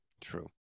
True